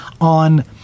on